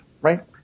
right